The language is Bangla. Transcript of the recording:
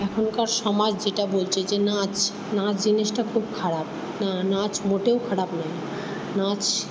এখনকার সমাজ যেটা বলছে যে নাচ নাচ জিনিসটা খুব খারাপ না নাচ মোটেও খারাপ নয় নাচ